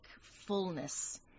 fullness